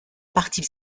partie